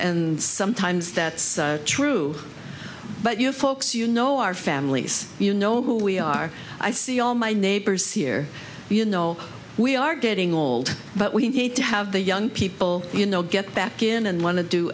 and sometimes that's true but you folks you know our families you know who we are i see all my neighbors here you know we are getting old but we need to have the young people you know get back in and one of do